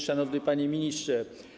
Szanowny Panie Ministrze!